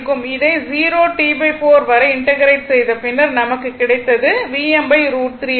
இதை 0 T4 வரை integrate செய்த பின்னர் நமக்கு கிடைத்ததுஆகும்